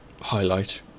highlight